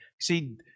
See